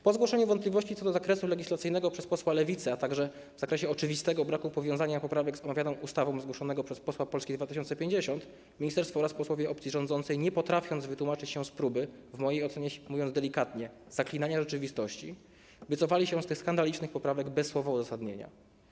Po zgłoszeniu wątpliwości co do zakresu legislacyjnego przez posła Lewicy, a także uwagi w zakresie oczywistego braku powiązania poprawek z omawianą ustawą - przez posła Polski 2050 ministerstwo oraz posłowie opcji rządzącej nie potrafili wytłumaczyć się z próby, w mojej ocenie mówiąc delikatnie, zaklinania rzeczywistości i wycofali się z tych skandalicznych poprawek bez słowa uzasadnienia.